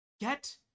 get